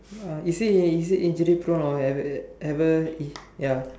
uh is he is he injury prone or ever ever ya